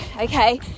Okay